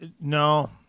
no